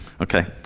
Okay